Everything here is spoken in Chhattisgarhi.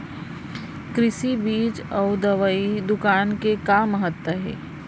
कृषि बीज अउ दवई दुकान के का महत्ता हे?